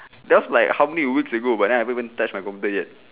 that was like how many weeks ago but then I haven't even touch my computer yet